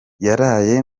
yaraye